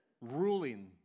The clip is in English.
ruling